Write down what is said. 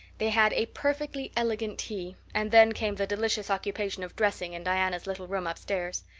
they had a perfectly elegant tea and then came the delicious occupation of dressing in diana's little room upstairs.